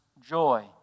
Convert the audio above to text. joy